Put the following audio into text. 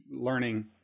learning